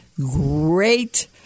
great